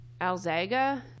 Alzaga